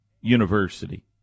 University